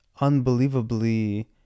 unbelievably